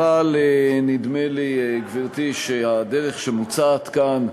אבל נדמה לי שהדרך שמוצעת כאן,